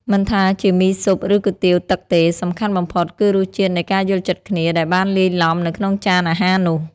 មិនថាជាមីស៊ុប ឬគុយទាវទឹកទេ សំខាន់បំផុតគឺរសជាតិនៃការយល់ចិត្តគ្នាដែលបានលាយឡំនៅក្នុងចានអាហារនោះ។